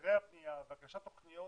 היתרי הבנייה והגשת תוכניות